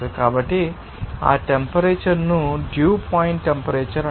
కాబట్టి ఆ టెంపరేచర్ ను డ్యూ పాయింట్ టెంపరేచర్ అంటారు